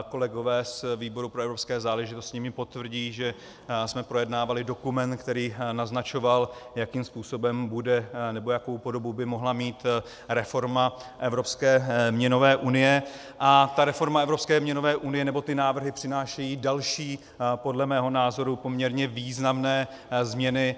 Kolegové z výboru pro evropské záležitosti mi potvrdí, že jsme projednávali dokument, který naznačoval, jakým způsobem bude, nebo jakou podobu by mohla mít reforma evropské měnové unie, a ta reforma evropské měnové unie, nebo ty návrhy přinášejí další, podle mého názoru poměrně významné změny.